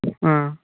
ஆ